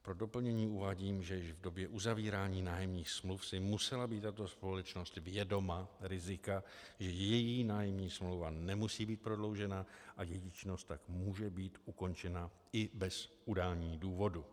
Pro doplnění uvádím, že již v době uzavírání nájemních smluv si musela být tato společnost vědoma rizika, že její nájemní smlouva nemusí být prodloužena a její činnost tak může být ukončena i bez udání důvodu.